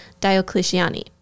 Diocletiani